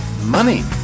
money